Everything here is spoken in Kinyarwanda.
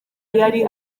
yari